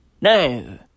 No